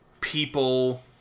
people